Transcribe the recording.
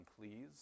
please